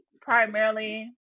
primarily